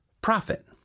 profit